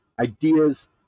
ideas